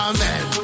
Amen